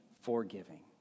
forgiving